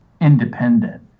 independent